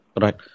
Right